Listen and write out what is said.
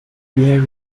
there